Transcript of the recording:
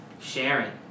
Sharon